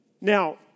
Now